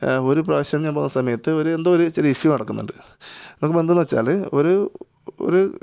ഒരു പ്രാവശ്യം ഞാന് പോകുന്ന സമയത്ത് ഒരു എന്തോ ഒരു ചെറിയ ഇഷ്യൂ നടക്കുന്നുണ്ട് നോക്കുമ്പോൾ എന്താന്ന് വെച്ചാൽ ഒരു ഒരു